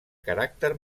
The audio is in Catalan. caràcter